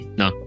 no